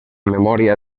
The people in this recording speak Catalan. memòria